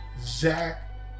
Zach